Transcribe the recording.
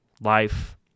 life